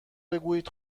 بگویید